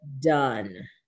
done